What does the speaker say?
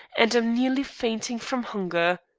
and am nearly fainting from hunger.